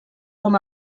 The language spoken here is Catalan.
com